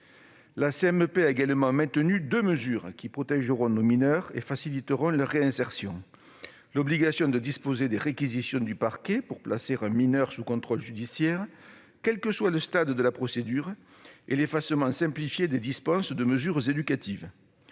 La CMP a également maintenu deux mesures qui protégeront nos mineurs et faciliteront leur réinsertion : l'obligation de disposer des réquisitions du parquet pour placer un mineur sous contrôle judiciaire, quel que soit le stade de la procédure, et l'effacement simplifié des dispenses de mesures éducatives